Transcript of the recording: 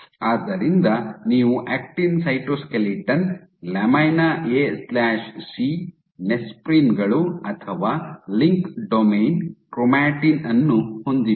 ಆದ್ದರಿಂದ ನೀವು actin cytoskeleton lamina A C lamina AC ನೆಸ್ಪ್ರಿನ್ಗಳು ಅಥವಾ ಲಿಂಕ್ ಡೊಮೇನ್ ಕ್ರೊಮಾಟಿನ್ ಅನ್ನು ಹೊಂದಿದ್ದೀರಿ